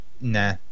Nah